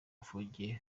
ufungiye